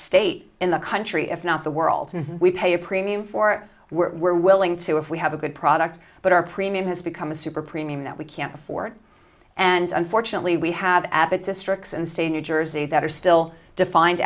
state in the country if not the world we pay a premium for we're willing to if we have a good product but our premium has become a super premium that we can't afford and unfortunately we have added districts and states new jersey that are still defined